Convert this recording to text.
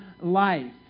life